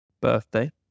birthday